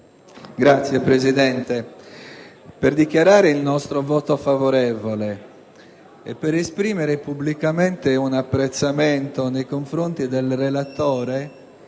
intervengo per dichiarare il nostro voto favorevole e per esprimere pubblicamente un apprezzamento nei confronti del relatore